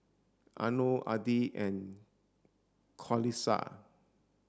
Anuar Adi and Qalisha